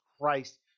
Christ